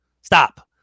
Stop